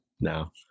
now